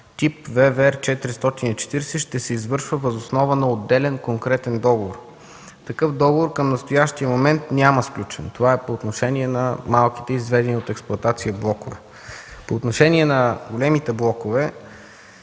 тип ВВЕР-440 ще се извършва въз основа на отделен конкретен договор. Такъв договор към настоящия момент няма сключен. Това е по отношение на малките, изведени от експлоатация блокове. По отношение на големите блокове,